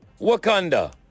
Wakanda